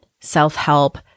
self-help